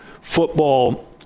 football